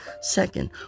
second